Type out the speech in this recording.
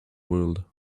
world